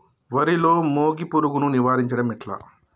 వరిలో మోగి పురుగును నివారించడం ఎట్లా?